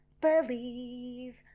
believe